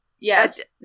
Yes